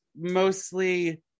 mostly